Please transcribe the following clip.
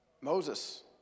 Moses